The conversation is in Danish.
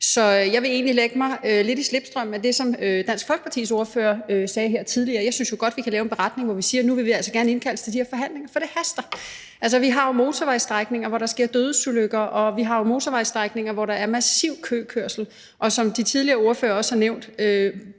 Så jeg vil egentlig lægge mig lidt i slipstrømmen af det, som Dansk Folkepartis ordfører sagde tidligere. Jeg synes jo godt, at vi kan lave en beretning, hvor vi siger, at nu vil vi altså gerne indkaldes til de her forhandlinger, for det haster. Altså, vi har jo motorvejsstrækninger, hvor der sker dødsulykker, og vi har jo motorvejsstrækninger, hvor der er massiv køkørsel. Og som de tidligere ordførere også har nævnt,